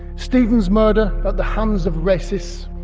stephen's murder at the hands of racists,